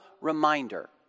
reminder